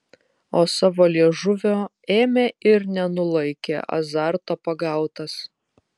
o savo liežuvio ėmė ir nenulaikė azarto pagautas